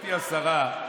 גברתי השרה,